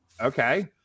Okay